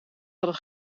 hadden